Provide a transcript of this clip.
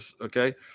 okay